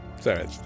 Sorry